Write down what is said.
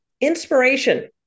inspiration